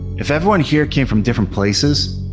if everyone here came from different places,